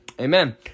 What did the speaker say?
amen